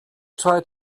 tried